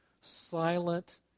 silent